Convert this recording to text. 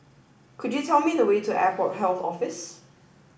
could you tell me the way to Airport Health Office